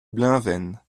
bleunven